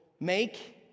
make